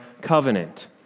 covenant